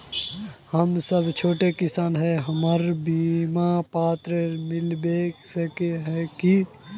हम सब छोटो किसान है हमरा बिमा पात्र मिलबे सके है की?